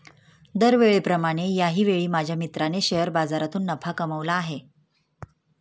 दरवेळेप्रमाणे याही वेळी माझ्या मित्राने शेअर बाजारातून नफा कमावला आहे